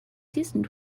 seasoned